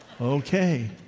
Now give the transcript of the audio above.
Okay